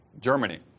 Germany